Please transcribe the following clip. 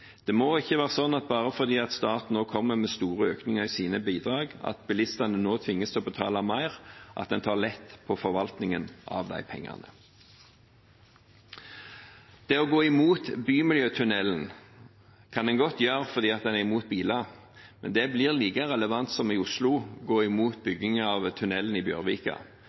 Det må ikke være slik at bare fordi staten nå kommer med store økninger i sine bidrag, tvinges bilistene til å betale mer og en tar lett på forvaltningen av de pengene. Å gå imot bymiljøtunnelen kan en godt gjøre fordi en er imot biler, men det blir like relevant som å gå imot bygging av tunnelen i Bjørvika